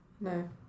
no